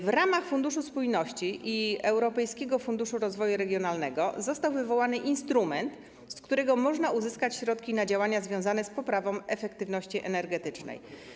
W ramach Funduszu Spójności i Europejskiego Funduszu Rozwoju Regionalnego został wywołany instrument, z którego można uzyskać środki na działania związane z poprawą efektywności energetycznej.